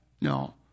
No